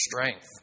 strength